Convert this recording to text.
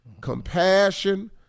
compassion